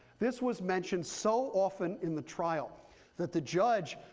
this was mentioned so often in the trial that the judge,